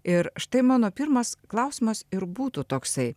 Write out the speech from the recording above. ir štai mano pirmas klausimas ir būtų toksai